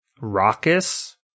raucous